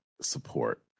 support